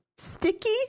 Sticky